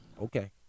Okay